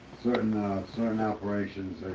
certain certain operations,